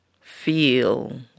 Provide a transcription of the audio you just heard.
feel